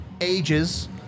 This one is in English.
ages